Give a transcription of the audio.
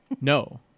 No